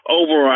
over